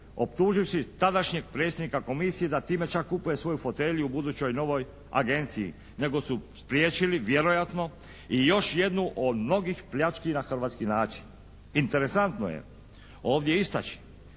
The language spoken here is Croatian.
optuživši tadašnjeg predsjednika komisije da time čak kupuje svoju fotelju u budućoj novoj agenciji nego su spriječili vjerojatno i još jednu od mnogih pljački na hrvatski način. Interesantno je ovdje istaći